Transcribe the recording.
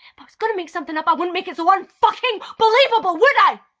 but was gonna make something up, i wouldn't make it so unfucking believable would i?